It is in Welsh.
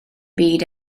byd